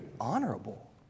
honorable